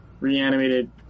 reanimated